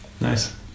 Nice